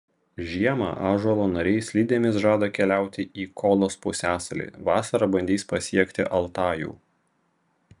žiemą ąžuolo nariai slidėmis žada keliauti į kolos pusiasalį vasarą bandys pasiekti altajų